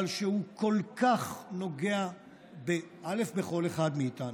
אבל שהוא כל כך נוגע בכל אחד מאיתנו.